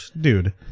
dude